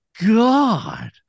God